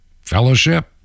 Fellowship